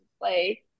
play